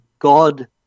God